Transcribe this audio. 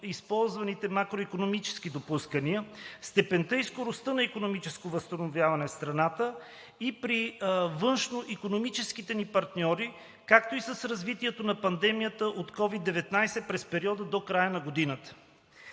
използваните макроикономически допускания, степента и скоростта на икономическото възстановяване в страната и при външноикономическите ни партньори, както и с развитието на пандемията от COVID-19 през периода до края на годината.